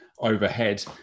overhead